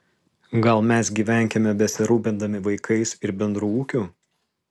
gal mes gyvenkime besirūpindami vaikais ir bendru ūkiu